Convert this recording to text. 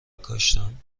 کاشتم